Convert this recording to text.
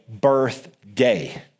birthday